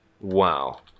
Wow